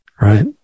Right